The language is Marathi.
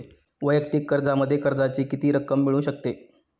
वैयक्तिक कर्जामध्ये कर्जाची किती रक्कम मिळू शकते?